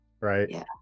right